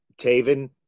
Taven